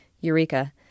Eureka